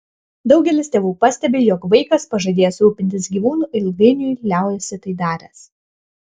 daugelis tėvų pastebi jog vaikas pažadėjęs rūpintis gyvūnu ilgainiui liaujasi tai daręs